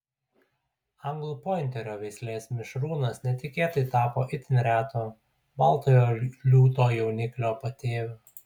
anglų pointerio veislės mišrūnas netikėtai tapo itin reto baltojo liūto jauniklio patėviu